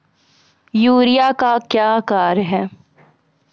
Urea का क्या कार्य हैं?